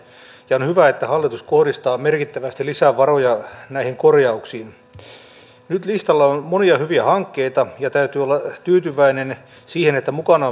ja on hyvä että hallitus kohdistaa merkittävästi lisävaroja näihin korjauksiin nyt listalla on monia hyviä hankkeita ja täytyy olla tyytyväinen siihen että mukana